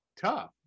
tough